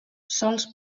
sols